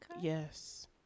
Yes